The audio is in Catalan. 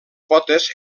potes